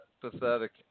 pathetic